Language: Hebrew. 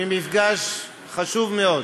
ממפגש חשוב מאוד